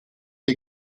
die